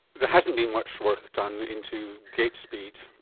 there hasn't been much work done into gait speed,